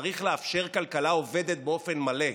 צריך לאפשר כלכלה עובדת באופן מלא,